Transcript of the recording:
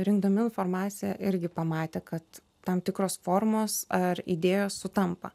rinkdami informaciją irgi pamatė kad tam tikros formos ar idėjos sutampa